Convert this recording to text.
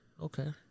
Okay